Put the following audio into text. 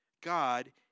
God